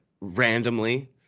randomly